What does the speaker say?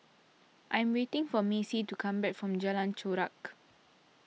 I am waiting for Macy to come back from Jalan Chorak